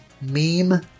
meme